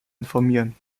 informieren